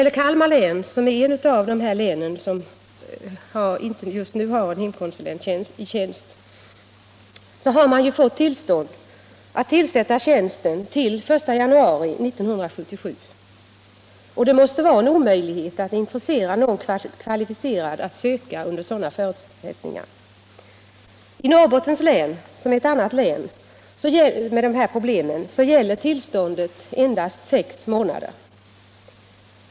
Ett av de län som just nu har en hemkonsulenttjänst vakant, nämligen Kalmar län, har ju fått tillstånd att hålla tjänsten besatt till den 1 januari 1977. Det måste vara en omöjlighet att intressera någon kvalificerad att söka under sådana förutsättningar. I ett annat län som har motsvarande problem, Norrbottens län, gäller tillståndet endast sex månader.